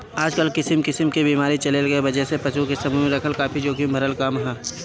आजकल किसिम किसिम क बीमारी चलला के वजह से पशु के समूह में रखल काफी जोखिम भरल काम ह